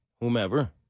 whomever